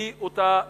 היא אותה תוצאה.